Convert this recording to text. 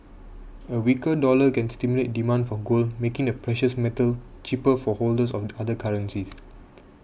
a weaker dollar can stimulate demand for gold making the precious metal cheaper for holders of other currencies